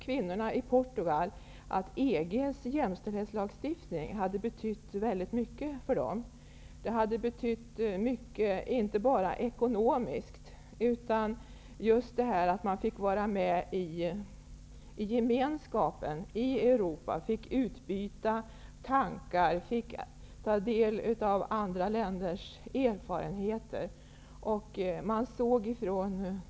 Kvinnorna i Portugal uttalade att EG:s jämställdhetslagstiftning hade betytt väldigt mycket för dem, inte bara ekonomiskt utan också att de fick vara med i gemenskapen i Europa. De kunde utbyta tankar och få del av andra länders erfarenheter.